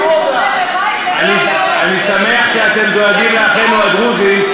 אני שמח שאתם דואגים לאחינו הדרוזים,